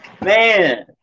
Man